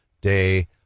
day